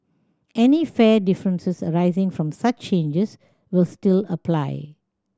any fare difference arising from such changes will still apply